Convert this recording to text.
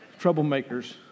troublemakers